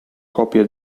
copia